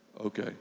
okay